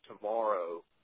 tomorrow